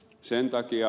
sen takia